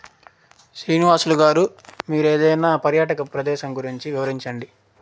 శ్రీనివాసులు గారు మీరు ఏదైనా పర్యాటక ప్రదేశం గురించి వివరించండి